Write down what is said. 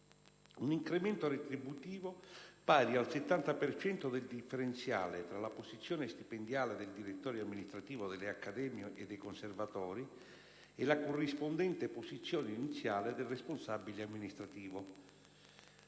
un incremento retributivo pari al 70 per cento del differenziale tra la posizione stipendiale del direttore amministrativo delle accademie e dei conservatori e la corrispondente posizione iniziale del responsabile amministrativo.